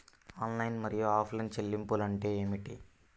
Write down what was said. Online మరియు offline చెల్లింపులు అంటే ఏమిటి?